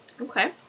okay